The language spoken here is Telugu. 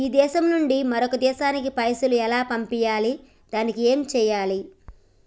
ఈ దేశం నుంచి వేరొక దేశానికి పైసలు ఎలా పంపియ్యాలి? దానికి ఏం చేయాలి?